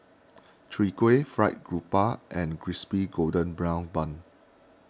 Chwee Kueh Fried Garoupa and Crispy Golden Brown Bun